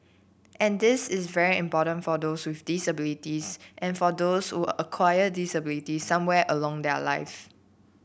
and this is very important for those with disabilities and for those who acquire disabilities somewhere along their live